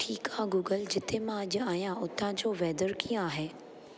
ठीकु आहे गूगल जिथे मां अॼु आहियां हुतां जो वेदर कीअं आहे